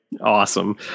Awesome